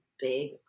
big